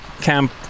camp